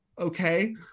okay